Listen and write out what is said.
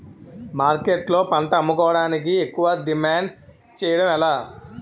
మార్కెట్లో పంట అమ్ముకోడానికి ఎక్కువ డిమాండ్ చేయడం ఎలా?